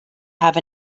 have